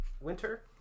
winter